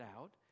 out